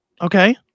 Okay